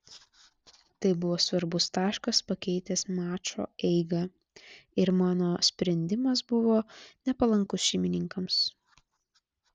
tai buvo svarbus taškas pakeitęs mačo eigą ir mano sprendimas buvo nepalankus šeimininkams